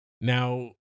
Now